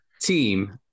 team